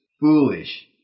Foolish